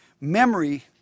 Memory